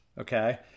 Okay